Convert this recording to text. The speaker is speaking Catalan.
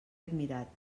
admirat